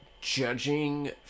judging